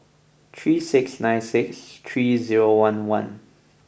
three six nine six three zero one one